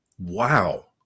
Wow